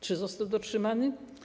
Czy został dotrzymany?